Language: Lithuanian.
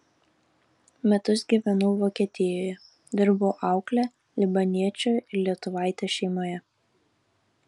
metus gyvenau vokietijoje dirbau aukle libaniečio ir lietuvaitės šeimoje